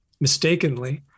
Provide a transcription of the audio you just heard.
mistakenly